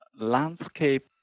landscape